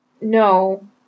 No